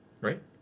right